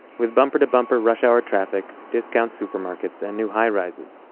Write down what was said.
with bumper-to-bumper rush-hour traffic, discount supermarkets, and new highrises.